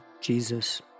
Jesus